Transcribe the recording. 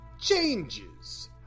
changes